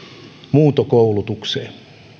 muuntokoulutukseen